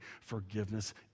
forgiveness